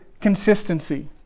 consistency